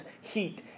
heat